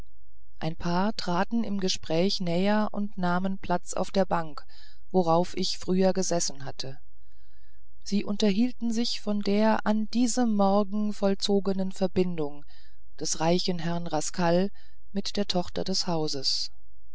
ein paar traten im gespräche näher und nahmen platz auf der bank worauf ich früher gesessen hatte sie unterhielten sich von der an diesem morgen vollzogenen verbindung des reichen herrn rascal mit der tochter des hauses